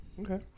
okay